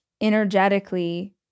energetically